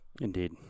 Indeed